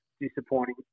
disappointing